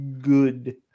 Good